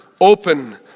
open